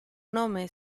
nome